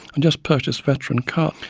and just purchased veteran car,